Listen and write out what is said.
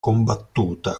combattuta